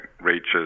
reaches